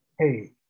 Hey